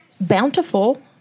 bountiful